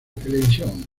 televisión